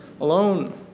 alone